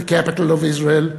the Capital of Israel,